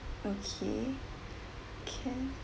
okay can